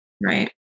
Right